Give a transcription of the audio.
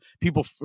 people